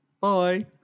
Bye